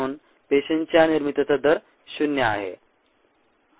म्हणून पेशींच्या निर्मितीचा दर 0 आहे